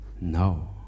no